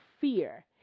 fear